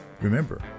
Remember